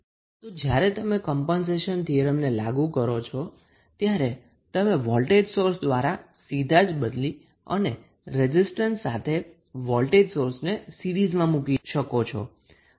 તો જ્યારે તમે કમ્પનસેશન થીયરમને લાગુ કરો છો ત્યારે તમે વોલ્ટેજ સોર્સ દ્વારા સીધા જ બદલી અને રેઝિસ્ટન્સ સાથે વોલ્ટેજ સોર્સને સીરીઝમાં મુકી શકીએ છીએ